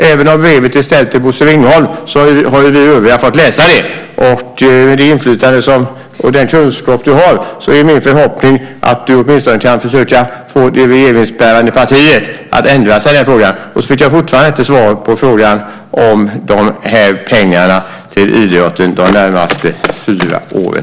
Även om brevet är ställt till Bosse Ringholm har vi övriga fått läsa det. Med det inflytande och den kunskap du har är min förhoppning att du åtminstone kan försöka få det regeringsbärande partiet att ändra sig i den frågan. Jag har fortfarande inte fått svar på frågan om pengarna till idrotten de närmaste fyra åren.